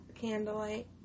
candlelight